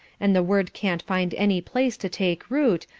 and the word can't find any place to take root,